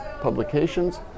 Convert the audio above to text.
publications